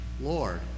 Lord